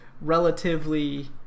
relatively